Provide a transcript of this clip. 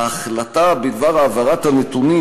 ההחלטה בדבר העברת הנתונים,